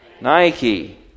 Nike